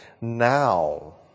now